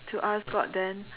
to ask god then